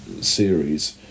series